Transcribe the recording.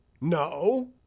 no